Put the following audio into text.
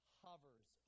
hovers